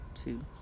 two